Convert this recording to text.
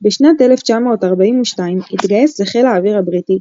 בשנת 1942 התגייס לחיל האוויר הבריטי,